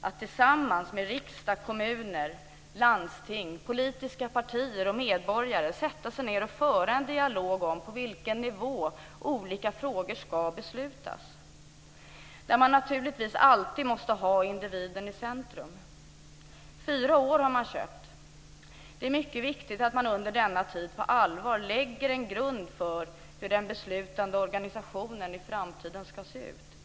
att tillsammans med riksdag, kommuner, landsting, politiska partier och medborgare sätta sig ned och föra en dialog om på vilken nivå olika frågor ska beslutas. Naturligtvis måste man alltid ha individen i centrum. Fyra år har man köpt. Det är mycket viktigt att man under denna tid på allvar lägger en grund för hur den beslutande organisationen i framtiden ska se ut.